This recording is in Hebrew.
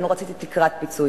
גם לא רציתי תקרת פיצויים,